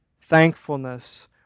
thankfulness